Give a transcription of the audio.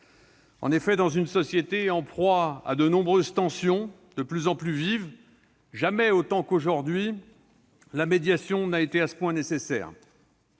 chose. Dans une société en proie à de nombreuses tensions, de plus en plus vives, jamais autant qu'aujourd'hui la médiation n'a été à ce point nécessaire.